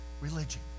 religion